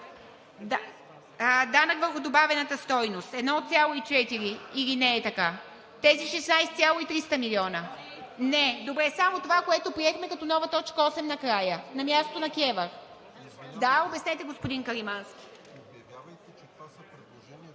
Данък върху добавената стойност – 1,4. Или не е така? Тези 16,300 милиона? Не. Само това, което приехме като нова т. 8 –накрая, на мястото на КЕВР. Обяснете, господин Каримански,